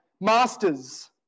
Masters